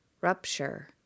rupture